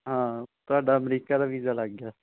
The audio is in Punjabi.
ਹਾਂ ਤੁਹਾਡਾ ਅਮਰੀਕਾ ਦਾ ਵੀਜ਼ਾ ਲੱਗ ਗਿਆ